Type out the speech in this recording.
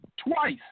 twice